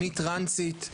אני טרנסית,